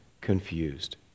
confused